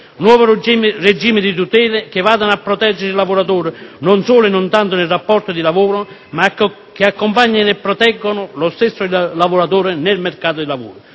nuovo regime di tutele che vadano a proteggere il lavoratore non solo e non tanto nel rapporto di lavoro ma che accompagnino e proteggano lo stesso lavoratore nel mercato del lavoro,